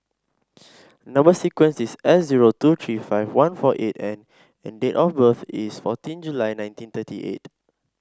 number sequence is S zero two three five one four eight N and date of birth is fourteen July nineteen thirty eight